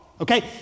Okay